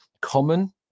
common